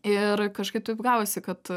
ir kažkaip taip gavosi kad